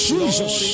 Jesus